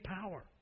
power